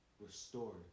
restored